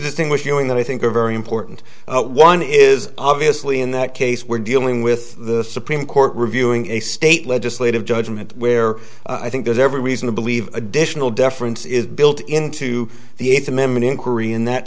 distinguish you in that i think are very important one is obviously in that case we're dealing with the supreme court reviewing a state legislative judgment where i think there's every reason to believe additional deference is built into the eighth amendment inquiry in that